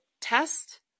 test